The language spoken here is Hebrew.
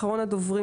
אחרון הדוברים,